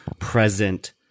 present